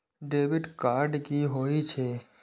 Debit card की होय छे?